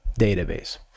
database